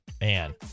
man